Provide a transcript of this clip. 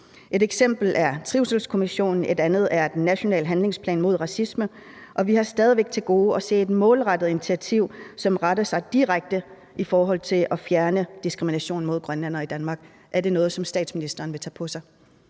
Et eksempel er trivselskommission, et andet er den nationale handlingsplan mod racisme, og vi har stadig væk til gode at se et målrettet initiativ, som retter sig direkte mod at fjerne diskrimination mod grønlændere i Danmark. Er det noget, som statsministeren vil tage på sig?